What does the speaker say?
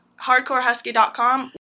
hardcorehusky.com